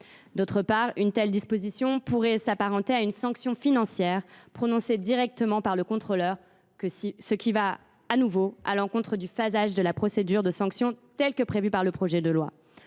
D’autre part, elle pourrait s’apparenter à une sanction financière prononcée directement par le contrôleur, ce qui irait également à l’encontre du phasage de la procédure de sanction, tel qu’il est prévu par le projet de loi.